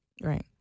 Right